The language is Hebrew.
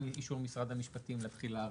אישור משרד המשפטים לתחילה הרטרואקטיבית.